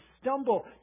stumble